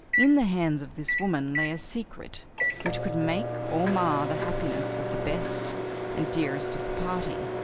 in the hands of this woman lay a secret which could make or mar the happiness of the best and dearest of the party.